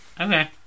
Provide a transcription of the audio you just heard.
Okay